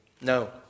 No